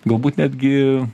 galbūt netgi